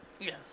Yes